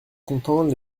content